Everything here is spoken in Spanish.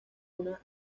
una